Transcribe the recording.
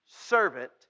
servant